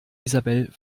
isabel